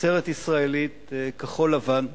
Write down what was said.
תוצרת ישראלית כחול-לבן,